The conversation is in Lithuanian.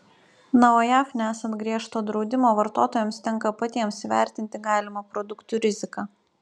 na o jav nesant griežto draudimo vartotojams tenka patiems įvertinti galimą produktų riziką